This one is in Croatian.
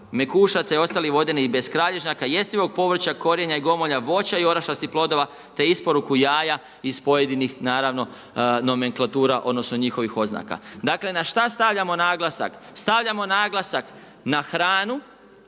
mekušaca i ostalih vodenih beskralježnjaka, jestivog povrća, korijenja i gomolja voća i orašastih plodova te isporuku jaja iz pojedinih naravno nomenklatura odnosno njihovih oznaka. Dakle na šta stavljamo naglasak? Stavljamo naglasak na hranu,